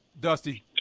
Dusty